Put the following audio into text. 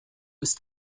ist